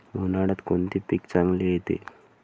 उन्हाळ्यात कोणते पीक चांगले येते?